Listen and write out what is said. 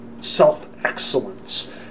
self-excellence